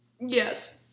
Yes